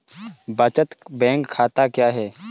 बचत बैंक खाता क्या है?